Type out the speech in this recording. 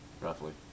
Roughly